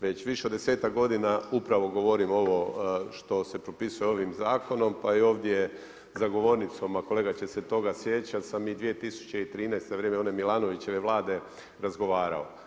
Već više od desetak godina upravo govorimo ovo što se propisuje ovim zakonom, pa i ovdje za govornicom a kolega će se toga sjećat, sam 2013. u vrijeme one Milanovićeve Vlade razgovarao.